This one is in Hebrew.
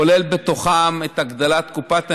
כולל את הגדלת קופת הנשייה.